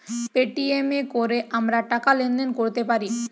Paytm এ কোরে আমরা টাকা লেনদেন কোরতে পারি